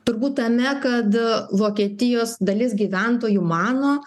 turbūt tame kad vokietijos dalis gyventojų mano